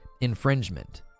infringement